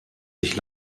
sich